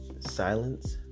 Silence